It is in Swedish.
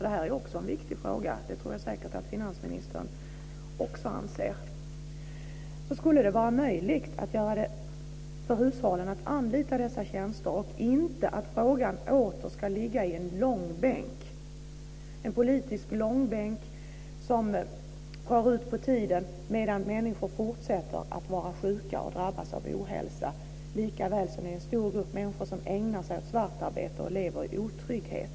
Det här är också en viktig fråga. Det tror jag säkert att finansministern också anser. Det vore bra om man gjorde det möjligt för hushållen att anlita dessa tjänster. Frågan får inte åter dras i långbänk medan människor fortsätter att vara sjuka och drabbas av ohälsa. Det är också en stor grupp människor som ägnar sig åt svartarbete och lever i otrygghet.